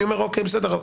אני אומר אוקיי בסדר,